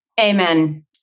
Amen